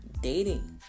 dating